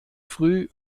früh